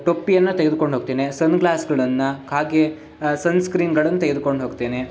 ಟೊಪ್ಪಿಯನ್ನು ತೆಗೆದುಕೊಂಡು ಹೋಗ್ತೇನೆ ಸನ್ಗ್ಲಾಸ್ಗಳನ್ನು ಹಾಗೆ ಸನ್ಸ್ರ್ಕೀನ್ಗಳನ್ನು ತೆಗೆದ್ಕೊಂಡು ಹೋಗ್ತೇನೆ